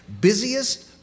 Busiest